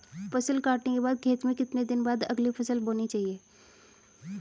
फसल काटने के बाद खेत में कितने दिन बाद अगली फसल बोनी चाहिये?